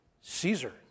Caesar